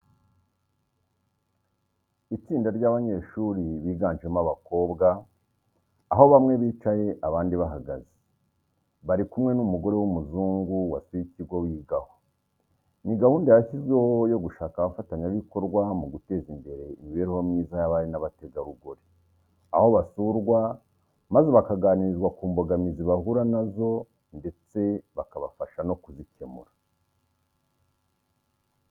Itsinda ry'abanyeshuri biganjemo abakobwa, aho bamwe bicaye abandi bahagaze, bari kumwe n'umugore w'umuzungu wasuye ikigo bigaho. Ni gahunda yashyizweho yo gushaka abafatanya bikorwa mu guteza imbere imibereho myiza y'abari n'abategarugori, aho basurwa maze bakaganirizwa ku mbogamizi bahura na zo ndetse bakabafasha no kuzikemura.